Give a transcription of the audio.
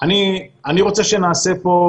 גם כשאתם רואים את העבירה,